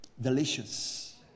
delicious